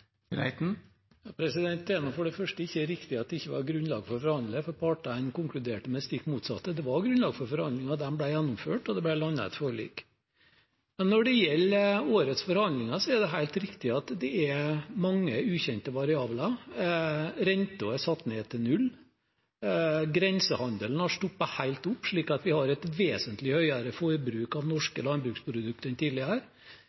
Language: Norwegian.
Det er for det første ikke riktig at det ikke var grunnlag for å forhandle, for partene konkluderte med det stikk motsatte: Det var grunnlag for å forhandle, de ble gjennomført, og det ble landet et forlik. Men når det gjelder årets forhandlinger, er det helt riktig at det er mange ukjente variabler. Renten er satt ned til null. Grensehandelen har stoppet helt opp, slik at vi har et vesentlig høyere forbruk av